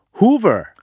hoover